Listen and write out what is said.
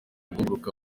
guhugura